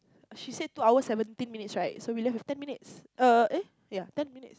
she say two hours seventeen minutes right so we left with ten minutes err eh yeah ten minutes